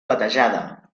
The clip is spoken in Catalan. platejada